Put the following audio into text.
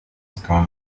sky